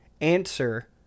answer